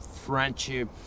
friendship